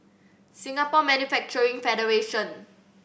Singapore Manufacturing Federation